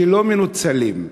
שלא מנוצלים.